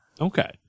Okay